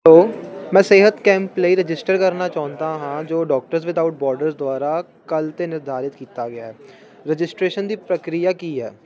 hello ਮੈਂ ਸਿਹਤ camp ਲਈ ਰਜਿਸਟਰ ਕਰਨਾ ਚਾਹੁੰਦਾ ਹਾਂ ਜੋ ਡਾਕਟਰਸ ਵਿਦਆਊਟ ਬੋਰਡਰ ਦੁਆਰਾ ਕੱਲ੍ਹ 'ਤੇ ਨਿਰਧਾਰਤ ਕੀਤਾ ਗਿਆ ਹੈ ਰਜਿਸਟ੍ਰੇਸ਼ਨ ਦੀ ਪ੍ਰਕਿਰਿਆ ਕੀ ਹੈ